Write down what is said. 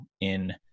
in-